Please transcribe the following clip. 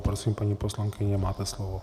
Prosím, paní poslankyně, máte slovo.